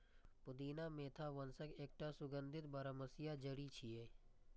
पुदीना मेंथा वंशक एकटा सुगंधित बरमसिया जड़ी छियै